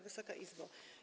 Wysoka Izbo!